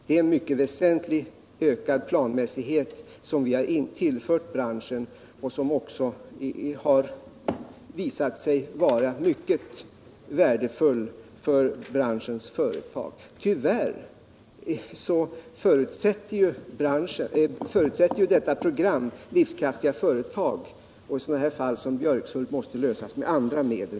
Det är en mycket väsentligt ökad planmässighet som vi har tillfört branschen och som också har visat sig vara mycket värdefull för branschens företag. Tyvärr förutsätter detta program livskraftiga företag. Fall som Björkshult måste med andra ord klaras med andra medel.